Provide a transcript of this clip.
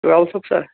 ٹُویٚلتھُک چھا